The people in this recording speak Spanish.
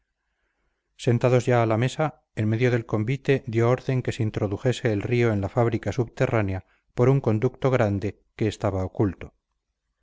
sentados ya a la mesa en medio del convite dio orden que se introdujese el río en la fábrica subterránea por un conducto grande que estaba oculto